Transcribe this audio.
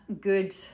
good